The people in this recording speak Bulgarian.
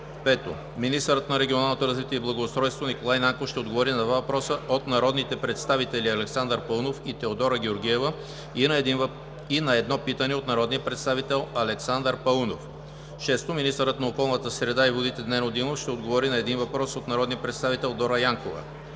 - Министърът на регионалното развитие и благоустройството Николай Нанков ще отговори на два въпроса от народните представители Александър Паунов; и Теодора Георгиева и на един питане от народния представител Александър Паунов. - Министърът на околната среда и водите Нено Димов ще отговори на един въпрос от народния представител Дора Янкова.